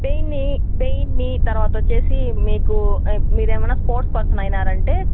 పెయిన్ని పెయిన్ని తరువాత వచ్చి మీకు మీరు ఏమైనా స్పోర్ట్స్ పర్సన్ అయ్యారు అంటే